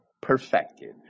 perfected